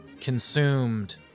consumed